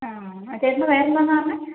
ആ ചേട്ടൻ്റെ പേരന്തെന്നാണ് പറഞ്ഞത്